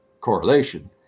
correlation